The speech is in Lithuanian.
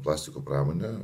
plastiko pramonę